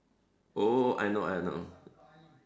oh I know I know